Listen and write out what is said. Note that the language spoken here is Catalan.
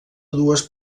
dues